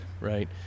Right